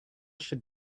should